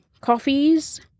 coffees